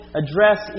address